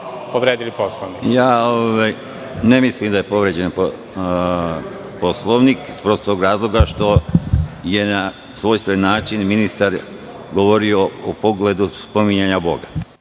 Arsenović** Ne mislim da je povređen Poslovnik iz prostog razloga što je na svojstven način ministar govorio u pogledu spominjanja Boga.